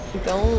Então